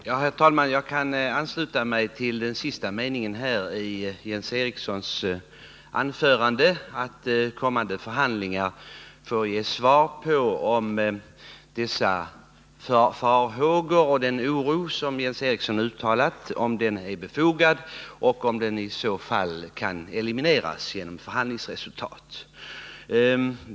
Herr talman! Jag kan ansluta mig till den sista meningen i Jens Erikssons anförande, att kommande förhandlingar får ge svar på om de farhågor och den oro som Jens Eriksson hyser är befogade och om de i så fall kan elimineras genom förhandlingar.